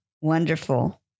wonderful